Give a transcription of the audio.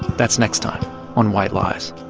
that's next time on white lies